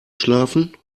schlafen